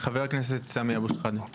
חבר הכנסת סמי אבו שחאדה, בבקשה.